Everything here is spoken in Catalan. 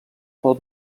pel